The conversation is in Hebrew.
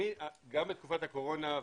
גם בתקופת הקורונה,